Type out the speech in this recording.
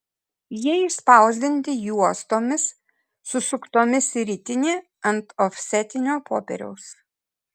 jie išspausdinti juostomis susuktomis į ritinį ant ofsetinio popieriaus